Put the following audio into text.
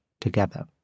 together